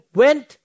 went